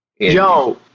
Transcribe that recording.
Yo